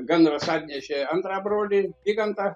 gandras atnešė antrą brolį vygantą